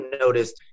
noticed